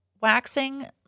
Waxing